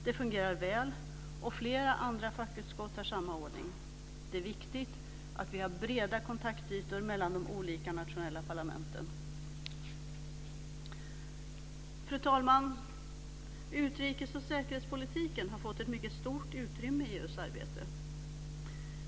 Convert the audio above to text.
Det fungerar väl, och flera andra fackutskott har samma ordning. Det är viktigt att vi har breda kontaktytor mellan de olika nationella parlamenten. Fru talman! Utrikes och säkerhetspolitiken har fått ett mycket stort utrymme i EU:s arbete.